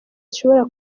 zishobora